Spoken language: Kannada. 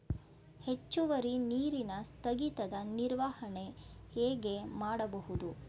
ಹೆಚ್ಚುವರಿ ನೀರಿನ ಸ್ಥಗಿತದ ನಿರ್ವಹಣೆ ಹೇಗೆ ಮಾಡಬಹುದು?